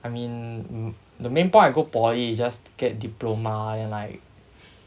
I mean the main point I go poly is just to get diploma then like